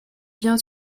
bien